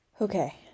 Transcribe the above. okay